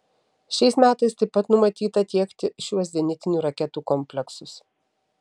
šiais metais taip pat numatyta tiekti šiuos zenitinių raketų kompleksus